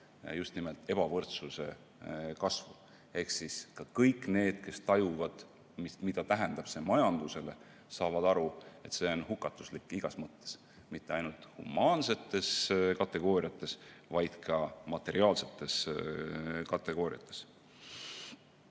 just nimelt ebavõrdsuse kasvu. Ehk kõik need, kes tajuvad, mida see tähendab majandusele, saavad aru, et see on hukatuslik igas mõttes, mitte ainult humaansetes kategooriates, vaid ka materiaalsetes kategooriates. Iseenesest